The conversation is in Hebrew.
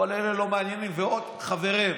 כל אלה לא מעניינים, ועוד חברים.